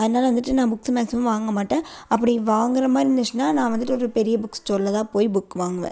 அதனால் வந்துட்டு நான் புக்ஸ் மேக்ஸிமம் வாங்கமாட்டேன் அப்படி வாங்கிற மாதிரி இருந்துச்சுன்னா நான் வந்துட்டு ஒரு பெரிய புக் ஸ்டோரில் தான் போய் புக் வாங்குவேன்